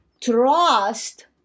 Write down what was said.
trust